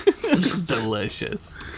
Delicious